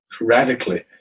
radically